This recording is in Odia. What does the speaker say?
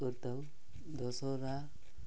କରିଥାଉ ଦଶହରା